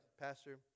Pastor